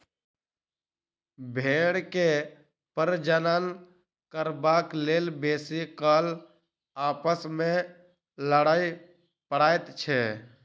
भेंड़ के प्रजनन करबाक लेल बेसी काल आपस मे लड़य पड़ैत छै